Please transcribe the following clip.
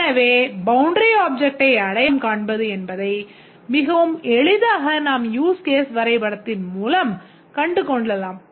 எனவே பவுண்டரி ஆப்ஜெக்ட்டை அடையாளம் காண்பது என்பதை மிகவும் எளிதாக நாம் யூஸ் கேஸ் வரைபடத்தின் மூலம் கண்டு கொள்ளலாம்